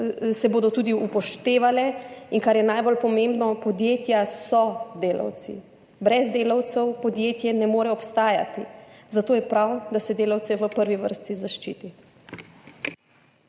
se bodo tudi upoštevale. Kar je najbolj pomembno, podjetja so delavci, brez delavcev podjetje ne more obstajati, zato je prav, da se delavce v prvi vrsti zaščiti.